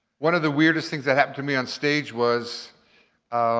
one of the weirdest things that happened to me on stage was.